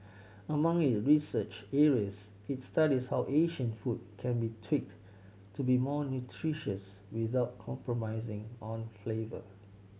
among it research areas it studies how Asian food can be tweaked to be more nutritious without compromising on flavour